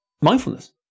mindfulness